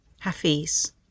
Hafiz